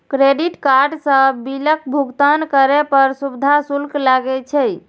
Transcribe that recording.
credit card सं बिलक भुगतान करै पर सुविधा शुल्क लागै छै